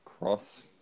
cross